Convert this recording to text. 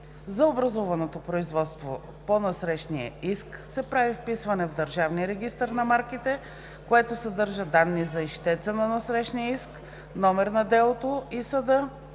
За образуваното производство по насрещния иск се прави вписване в Държавния регистър на марките, което съдържа данни за ищеца по насрещния иск, номер на делото и съда,